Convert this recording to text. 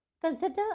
Consider